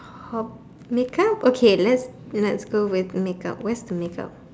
hob makeup okay let's let's go with makeup where's the makeup